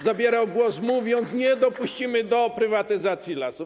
Zabierał głos, mówiąc: nie dopuścimy do prywatyzacji lasów.